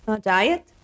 diet